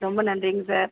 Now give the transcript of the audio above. ரொம்ப நன்றிங்க சார்